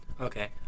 okay